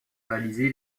réalisé